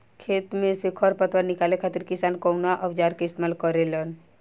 खेत में से खर पतवार निकाले खातिर किसान कउना औजार क इस्तेमाल करे न?